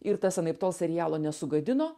ir tas anaiptol serialo nesugadino